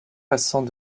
passant